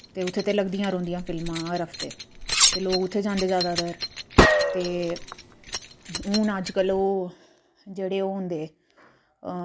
ते सबेरै पुज्जियै उत्थां बापस घर भी पुज्जी जंदे होर कल्ल ि ध्यार जियां लोह्ड़ियै गी अस